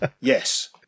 yes